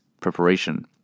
preparation